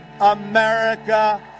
America